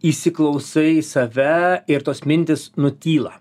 įsiklausai į save ir tos mintys nutyla